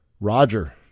Roger